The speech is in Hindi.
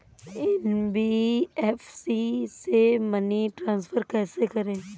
एन.बी.एफ.सी से मनी ट्रांसफर कैसे करें?